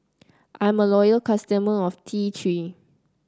I'm a loyal customer of T Three